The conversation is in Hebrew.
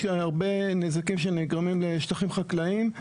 יש הרבה נזקים שנגרמים לשטחים חקלאיים.